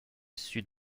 sud